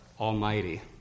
Almighty